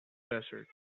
desert